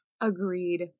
Agreed